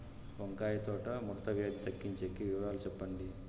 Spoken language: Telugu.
వంకాయ తోట ముడత వ్యాధి తగ్గించేకి వివరాలు చెప్పండి?